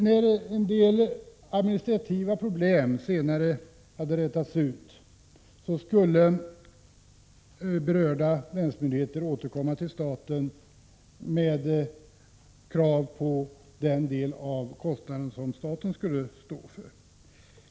När vissa administrativa problem klarats av, skulle de berörda länsmyndigheterna återkomma till staten med krav på den del av kostnaden som staten skulle stå för.